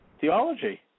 theology